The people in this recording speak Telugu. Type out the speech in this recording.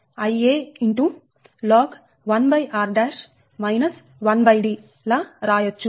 4605 Ia log 1r 1D లా రాయచ్చు